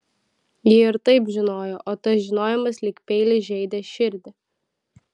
ji ir taip žinojo o tas žinojimas lyg peilis žeidė širdį